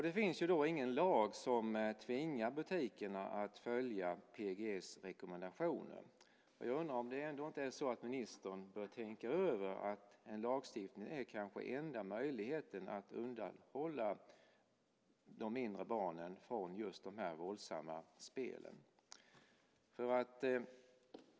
Det finns ingen lag som tvingar butikerna att följa PEGI-rekommendationerna. Jag undrar om det inte är så att ministern bör tänka om. En lagstiftning kanske är enda möjligheten att undanhålla de mindre barnen från de våldsamma spelen.